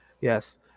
Yes